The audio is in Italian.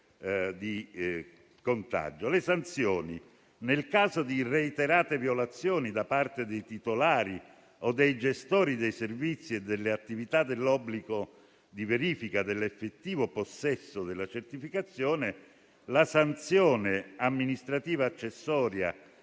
alle sanzioni, nel caso di reiterate violazioni, da parte dei titolari o dei gestori dei servizi e delle attività, dell'obbligo di verifica dell'effettivo possesso della certificazione, vi è la sanzione amministrativa accessoria